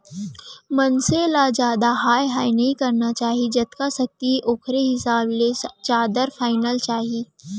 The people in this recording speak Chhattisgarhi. मनसे ल जादा हाय हाय नइ करना चाही जतका सक्ति हे ओखरे हिसाब ले चादर फइलाना चाही